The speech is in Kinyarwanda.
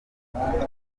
hariya